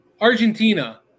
Argentina